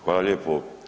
Hvala lijepo.